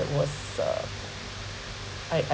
was uh I I